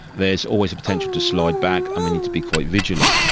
there is always the potential to slide back and we need to be quite vigilant.